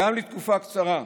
גם לתקופה קצרה,